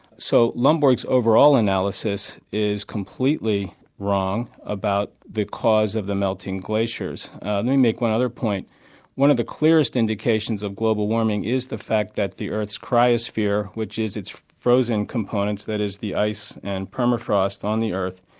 so lomborg's overall analysis is completely wrong about the cause of the melting glaciers. let me make one other point one of the clearest indications of global warming is the fact that the earth's cryosphere which is its frozen components, that is the ice and permafrost on the earth,